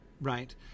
right